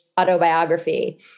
autobiography